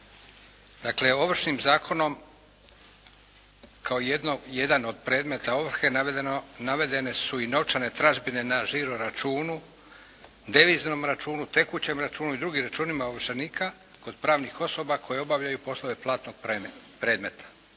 Dakle, Ovršnim zakonom kao jedan od predmeta ovrhe navedene su i novčane tražbine na žiroračunu, deviznom računu, tekućem računu i drugim računima ovršenika kod pravnih osoba koje obavljaju poslove platnog predmeta.